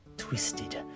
twisted